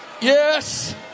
Yes